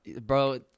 Bro